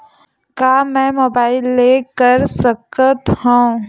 का मै मोबाइल ले कर सकत हव?